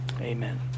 Amen